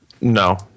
No